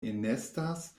enestas